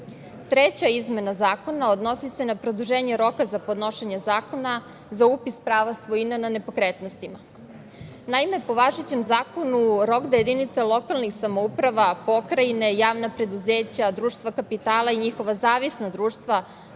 izmena zakona odnosi se na produženje roka za podnošenje zakona za upis prava svojine na nepokretnostima. Naime, po važećem zakonu, rok da jedinica lokalnih samouprava, pokrajine, javna preduzeća, društva kapitala i njihova zavisna društva